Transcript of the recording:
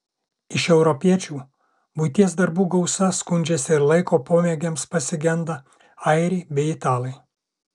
iš europiečių buities darbų gausa skundžiasi ir laiko pomėgiams pasigenda airiai bei italai